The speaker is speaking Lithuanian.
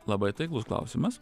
labai taiklus klausimas